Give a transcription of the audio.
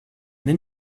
then